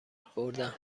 بردم